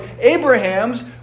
Abraham's